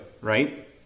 right